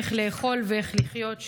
איך לאכול ואיך לחיות,